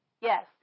Yes